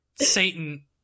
satan